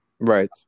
Right